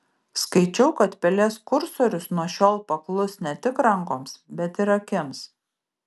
skaičiau kad pelės kursorius nuo šiol paklus ne tik rankoms bet ir akims